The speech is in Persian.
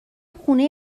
خونه